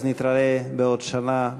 נתראה בעוד שנה,